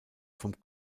vom